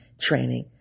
training